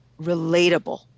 relatable